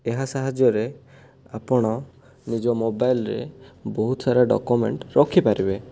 ଏହା ସାହାଯ୍ୟରେ ଆପଣ ନିଜ ମୋବାଇଲରେ ବହୁତ ସାରା ଡକ୍ୟୁମେଣ୍ଟ ରଖିପାରିବେ